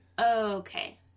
Okay